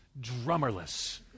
drummerless